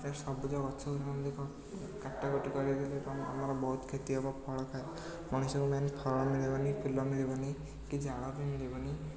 ଏ ସବୁଜ ଗଛ ଗୁଡ଼ିକ କାଟକୁଟି କରିଦେଲେ ତୁମ ଆମର ବହୁତ କ୍ଷତି ହେବ ଫଳଖା ମଣିଷକୁ ମେନ୍ ଫଳ ମିଳିବନି ଫୁଲ ମିଳିବନି କି ଜାଳ ବି ମିଳିବନି